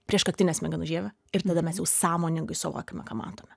prieškaktinę smegenų žievę ir tada mes jau sąmoningai suvokiame ką matome